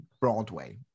Broadway